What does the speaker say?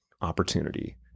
opportunity